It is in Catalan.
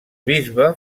bisbe